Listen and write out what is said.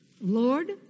Lord